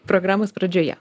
programos pradžioje